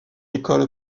école